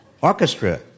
Orchestra